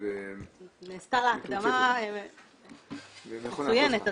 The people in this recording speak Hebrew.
ונעשתה לה הקדמה מצוינת,